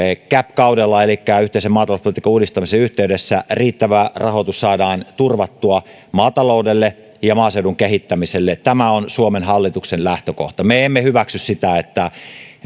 kaudella elikkä yhteisen maatalouspolitiikan uudistamisen yhteydessä riittävä rahoitus saadaan turvattua maataloudelle ja maaseudun kehittämiselle tämä on suomen hallituksen lähtökohta me emme hyväksy